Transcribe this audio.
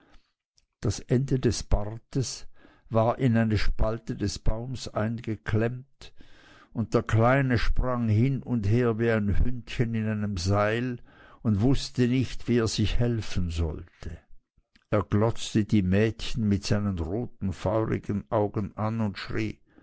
das ende des bartes war in eine spalte des baums eingeklemmt und der kleine sprang hin und her wie ein hündchen an einem seil und wußte nicht wie er sich helfen sollte er glotzte die mädchen mit seinen roten feurigen augen an und schrie